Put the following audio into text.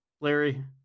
Larry